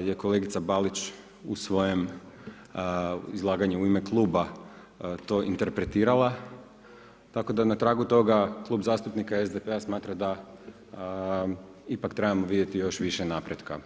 je kolegica Balić u svojem izlaganju u ime kluba to interpretirala, tako da na tragu toga Klub zastupnika SDP-a smatra da ipak trebamo vidjeti još više napretka.